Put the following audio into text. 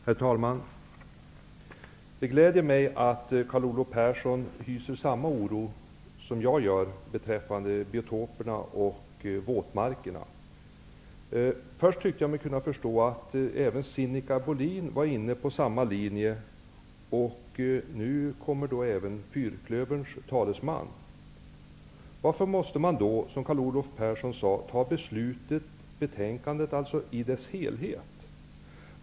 Herr talman! Det gläder mig att Carl Olov Persson hyser samma oro som jag gör beträffande biotoperna och våtmarkerna. Jag tyckte mig förstå att även Sinikka Bohlin var inne på samma linje, och nu kommer fyrklöverns talesman. Varför måste man, som Carl Olov Persson sade, ta betänkandet i dess helhet?